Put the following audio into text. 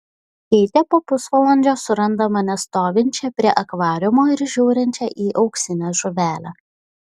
keitė po pusvalandžio suranda mane stovinčią prie akvariumo ir žiūrinčią į auksinę žuvelę